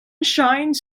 shines